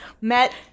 Met